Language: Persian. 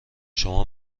شما